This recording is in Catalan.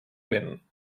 vent